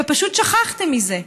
ופשוט שכחתם מזה.